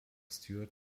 stuart